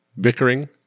bickering